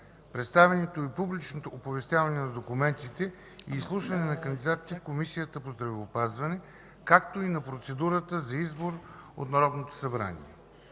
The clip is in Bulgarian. представянето и публичното оповестяване на документите и изслушването на кандидатите в Комисията по здравеопазването, както и на процедурата за избор от Народното събрание